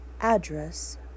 Address